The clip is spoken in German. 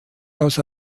aus